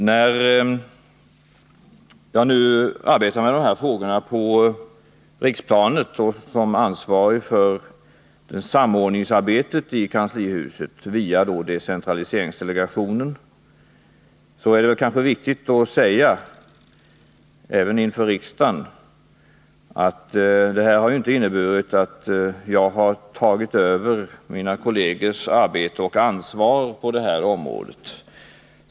När jag nu arbetar med de här frågorna på riksplanet och som ansvarig för samordningsarbetet i kanslihuset via decentraliseringsdelegationen, är det kanske viktigt att säga även inför riksdagen att detta inte har inneburit att jag har tagit över mina kollegers arbete och ansvar på detta område.